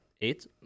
Eight